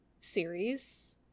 series